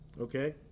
Okay